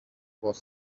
was